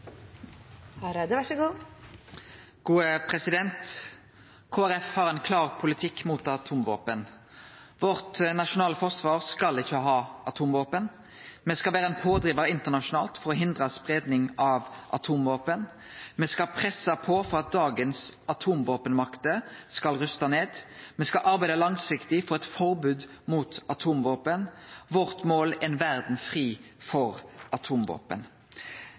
har ein klar politikk mot atomvåpen. Vårt nasjonale forsvar skal ikkje ha atomvåpen. Me skal vere ein pådrivar internasjonalt for å hindre spreiing av atomvåpen, me skal presse på for at dagens atomvåpenmakter skal ruste ned. Me skal arbeide langsiktig for eit forbod mot atomvåpen. Vårt mål er ei verd fri for atomvåpen.